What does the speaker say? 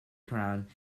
crowned